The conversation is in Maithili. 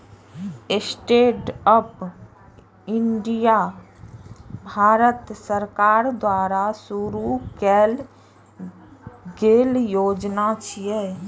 स्टैंडअप इंडिया भारत सरकार द्वारा शुरू कैल गेल योजना छियै